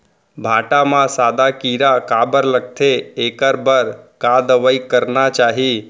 भांटा म सादा कीरा काबर लगथे एखर बर का दवई करना चाही?